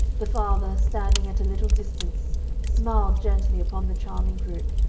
the father standing at a little distance smiled gently upon the charming group,